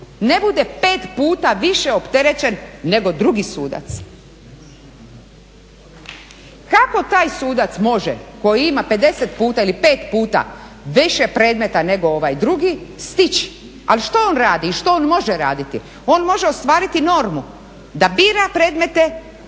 ne bude pet puta više opterećen nego drugi sudac. Kako taj sudac može koji ima 50 puta ili pet puta više predmeta nego ovaj drugi stići. Ali što on radi i što on može raditi? On može ostvariti normu da bira predmete